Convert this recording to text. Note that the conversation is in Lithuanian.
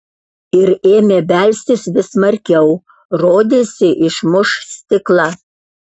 ir ėmė belsti vis smarkiau rodėsi išmuš stiklą